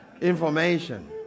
information